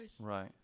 Right